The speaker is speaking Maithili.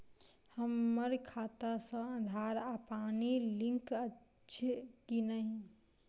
हम्मर खाता सऽ आधार आ पानि लिंक अछि की नहि?